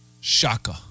Shaka